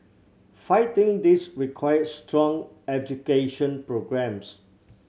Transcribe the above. fighting this requires strong education programmes